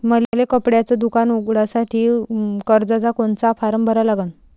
मले कपड्याच दुकान उघडासाठी कर्जाचा कोनचा फारम भरा लागन?